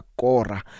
kora